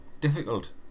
difficult